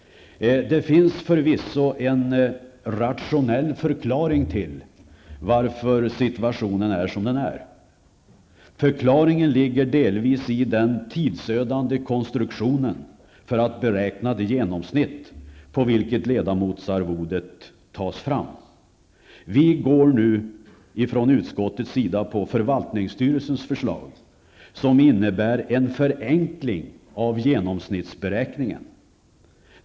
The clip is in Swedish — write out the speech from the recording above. Det finns förvisso en rationell förklaring till att situationen är som den är. Förklaringen ligger delvis i den tidsödande konstruktionen för att beräkna det genomsnitt efter vilket ledamotsarvodet tas fram. Från utskottets sida biträder vi nu förvaltningsstyrelsens förslag, som innebär en förenkling av genomsnittsberäkningarna.